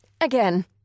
Again